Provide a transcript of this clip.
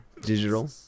digital